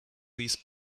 these